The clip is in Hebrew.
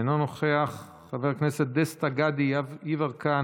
אינו נוכח, חבר הכנסת דסטה גדי יברקן,